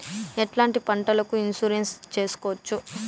ఎట్లాంటి పంటలకు ఇన్సూరెన్సు చేసుకోవచ్చు?